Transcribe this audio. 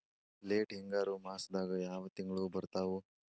Late ಹಿಂಗಾರು ಮಾಸದಾಗ ಯಾವ್ ತಿಂಗ್ಳು ಬರ್ತಾವು?